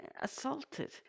assaulted